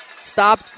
stop